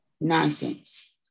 nonsense